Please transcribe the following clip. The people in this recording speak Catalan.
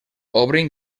obrin